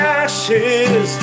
ashes